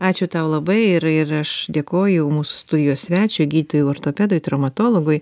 ačiū tau labai ir ir aš dėkoju mūsų studijos svečiui gydytojui ortopedui traumatologui